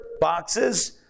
boxes